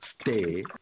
stay